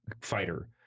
fighter